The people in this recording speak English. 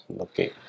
Okay